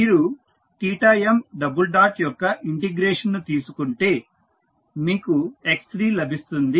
మీరు m యొక్క integration ను తీసుకుంటే మీకు x3 లభిస్తుంది